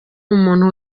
umuntu